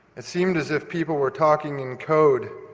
it seemed as if people were talking in code,